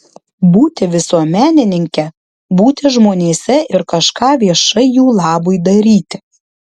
būti visuomenininke būti žmonėse ir kažką viešai jų labui daryti